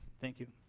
thank you.